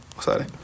Sorry